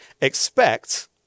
expect